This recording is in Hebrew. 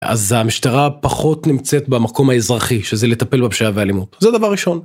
אז המשטרה פחות נמצאת במקום האזרחי, שזה לטפל בפשיעה ואלימות. זה דבר ראשון.